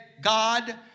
God